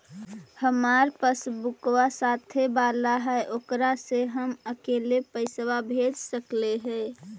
हमार पासबुकवा साथे वाला है ओकरा से हम अकेले पैसावा भेज सकलेहा?